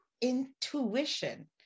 intuition